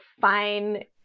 fine